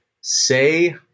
Say